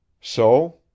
So